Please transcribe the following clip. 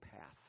path